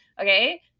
okay